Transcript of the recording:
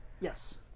Yes